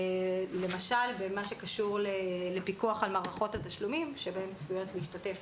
למשל במה שקשור לפיקוח על מערכות התשלומים בהן צפויות להשתתף